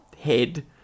head